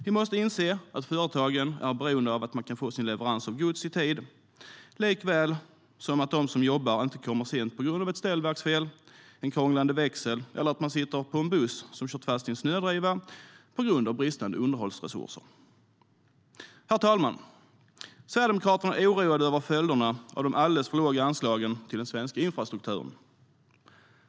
Vi måste inse att företagen är beroende av att man kan få sin leverans av gods i tid, likaväl som att de som jobbar inte kommer för sent på grund av att bristande underhållsresurser lett till ett ställverksfel, en krånglande växel eller att man sitter i en buss som kört fast i en snödriva. Herr talman! Sverigedemokraterna är oroade över följderna av de alldeles för låga anslagen till den svenska infrastrukturen.